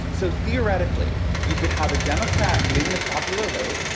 so theoretically you could have a democrat win the popular vote.